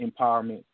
empowerment